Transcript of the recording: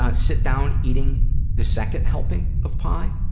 ah sit down eating the second helping of pie.